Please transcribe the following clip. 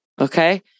Okay